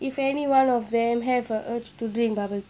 if any one of them have a urge to drink bubble